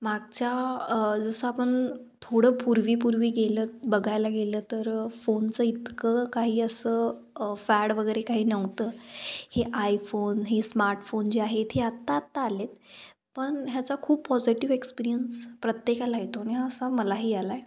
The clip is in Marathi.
मागच्या जसं आपण थोडं पूर्वी पूर्वी गेलं बघायला गेलं तर फोनचं इतकं काही असं फॅड वगैरे काही नव्हतं हे आयफोन हे स्मार्टफोन जे आहेत हे आत्ता आत्ता आले आहेत पण ह्याचा खूप पॉझिटिव एक्सपिरियन्स प्रत्येकाला येतो आणि हा असा मलाही आला आहे